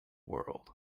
world